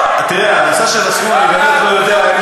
תראה, הנושא של הסכום, אני באמת לא יודע איך